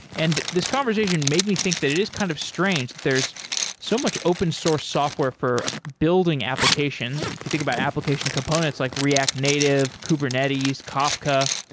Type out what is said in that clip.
and this conversation made me think that it is kind of strange that there's so much open source software for building applications, if you think about application components like react native, kubernetes, kafka,